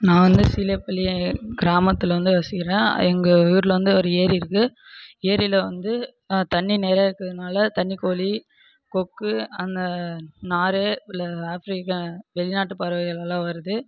நான் வந்து சீலேப்பள்ளி கிராமத்தில் வந்து வசிக்கிறேன் எங்கள் ஊரில் வந்து ஒரு ஏரி இருக்கு ஏரியில் வந்து தண்ணீர் நிறையா இருக்கிறதுனால தண்ணீர்க்கோழி கொக்கு அந்த நாரை உள்ள ஆஃப்ரிக்கா வெளிநாட்டுப் பறவைகள் எல்லாம் வருது